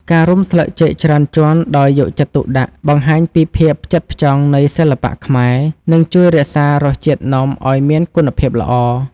ការរុំស្លឹកចេកច្រើនជាន់ដោយយកចិត្តទុកដាក់បង្ហាញពីភាពផ្ចិតផ្ចង់នៃសិល្បៈខ្មែរ និង ជួយរក្សារសជាតិនំឱ្យមានគុណភាពល្អ។